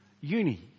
uni